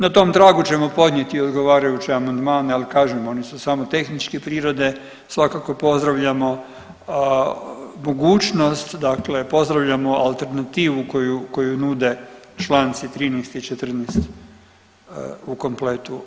Na tom tragu ćemo podnijeti odgovarajuće amandmane, ali kažem, oni su samo tehničke prirode, svakako pozdravljamo mogućnost dakle, pozdravljamo alternativu koju nude čl. 13 i 14 u kompletu.